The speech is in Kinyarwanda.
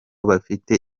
bafite